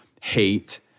hate